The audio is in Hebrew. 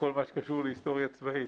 בכל מה שקשור להיסטוריה צבאית,